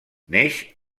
neix